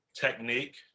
Technique